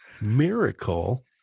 miracle